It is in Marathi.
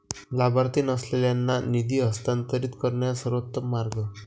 लाभार्थी नसलेल्यांना निधी हस्तांतरित करण्याचा सर्वोत्तम मार्ग